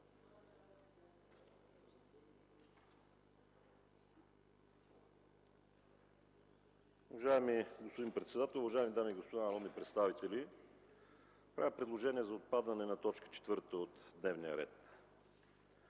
Уважаеми господин председател, уважаеми дами и господа народни представители! Правя предложение за отпадане на т. 4 от дневния ред